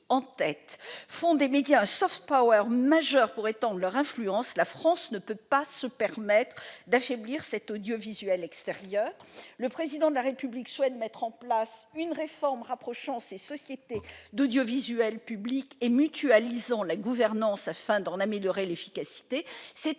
en tête, font des médias un majeur pour étendre leur influence, la France ne peut pas se permettre d'affaiblir son audiovisuel extérieur. Le Président de la République souhaite procéder à une réforme afin de rapprocher les sociétés de l'audiovisuel public, d'en mutualiser la gouvernance et d'en améliorer l'efficacité. Le